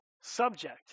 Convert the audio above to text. subject